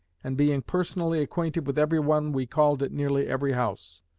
and being personally acquainted with everyone we called at nearly every house.